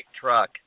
truck